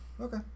Okay